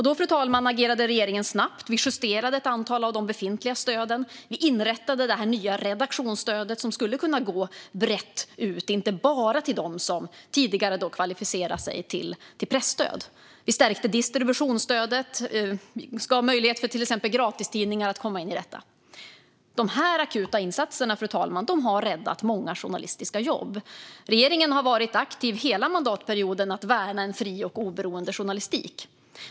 Då, fru talman, agerade regeringen snabbt. Vi justerade ett antal av de befintliga stöden. Vi inrättade det nya redaktionsstödet, som skulle kunna gå ut brett och inte bara till dem som tidigare kvalificerat sig för presstöd. Vi stärkte distributionsstödet och gav möjlighet för exempelvis gratistidningar att komma in i detta. De här akuta insatserna, fru talman, har räddat många journalistiska jobb. Regeringen har varit aktiv hela mandatperioden med att värna en fri och oberoende journalistik.